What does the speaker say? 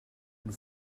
and